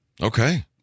Okay